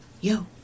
Yo